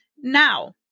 now